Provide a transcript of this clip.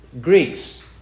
Greeks